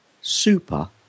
super